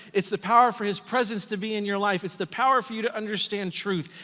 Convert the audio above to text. it's the power for his presence to be in your life. it's the power for you to understand truth.